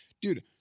dude